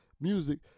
music